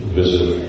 visit